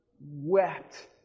wept